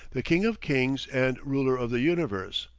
the king of kings and ruler of the universe!